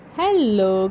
Hello